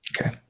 Okay